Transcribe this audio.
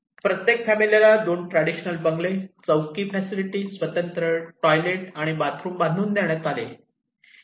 प्रत्येक फॅमिलीला दोन ट्रॅडिशनल बंगले चौकी फॅसिलिटी स्वतंत्र टॉयलेट आणि बाथरूम बांधून देण्यात आले